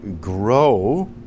grow